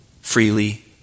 freely